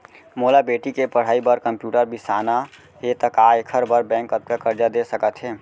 मोला बेटी के पढ़ई बार कम्प्यूटर बिसाना हे त का एखर बर बैंक कतका करजा दे सकत हे?